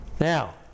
now